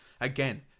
Again